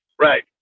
right